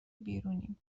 بیرونیم